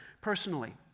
personally